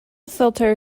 filter